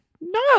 No